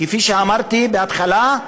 כפי שאמרתי בהתחלה,